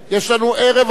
יעלה וישיב ונצביע.